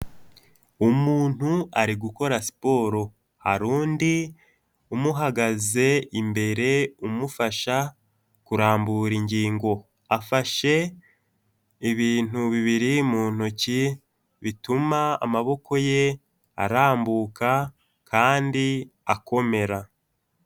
Umuntu ari gukora siporo, hari undi umuhagaze imbere umufasha kurambura ingingo afashe ibintu bibiri mu ntoki bituma amaboko ye arambuka kandi akomera.